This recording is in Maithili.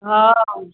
हॅं